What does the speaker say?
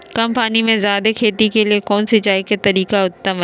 कम पानी में जयादे खेती के लिए कौन सिंचाई के तरीका उत्तम है?